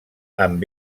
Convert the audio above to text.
amb